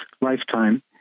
lifetime